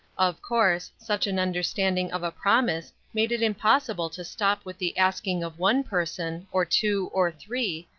of course, such an understanding of a promise made it impossible to stop with the asking of one person, or two, or three,